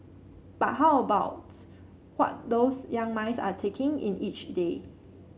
but how about what those young minds are taking in each day